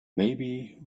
maybe